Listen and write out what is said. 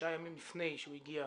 שישה ימים לפני שהוא הגיע,